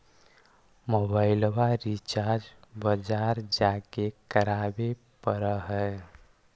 मोबाइलवा रिचार्ज बजार जा के करावे पर है?